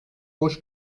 hoş